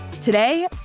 Today